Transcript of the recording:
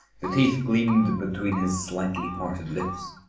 the teeth gleamed between his slightly parted lips.